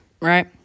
right